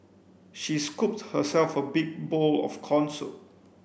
she scooped herself a big bowl of corn soup